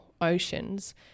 oceans